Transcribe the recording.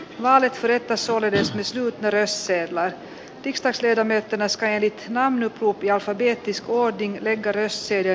valitse että solidesmista meressä ja lääkkeistä syödä myytävä skreditnämn etupihassa vietti skoldingin edgaras se